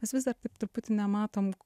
mes vis dar taip truputį nematom